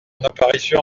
apparition